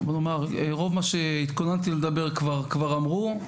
רוב מה שהתכוננתי לדבר עליו כבר אמרו.